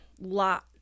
lot